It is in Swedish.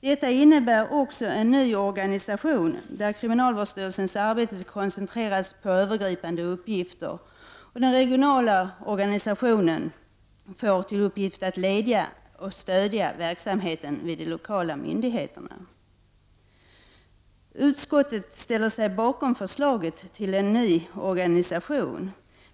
Detta innebär också en ny organisation, där krimnalvårdsstyrelsens arbete koncentreras på övergripande uppgifter, och den regionala organisationen får till uppgift att leda och stödja verksamheten vid de lokala myndigheterna. Utskottet ställer sig bakom förslaget till en ny organisation.